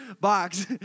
box